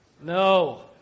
No